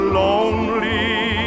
lonely